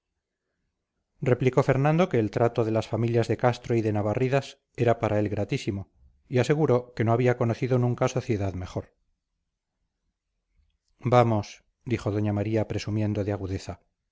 replicó fernando que el trato de las familias de castro y de navarridas era para él gratísimo y aseguró que no había conocido nunca sociedad mejor vamos dijo doña maría presumiendo de agudeza